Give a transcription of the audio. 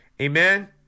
Amen